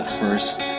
first